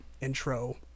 intro